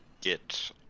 get